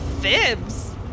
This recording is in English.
Fibs